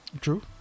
True